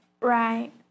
Right